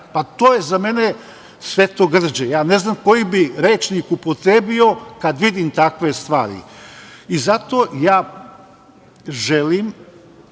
Pa to je za mene svetogrđe. Ja ne znam koji bih rečnik upotrebio kada vidim takve stvari. I zato ja želim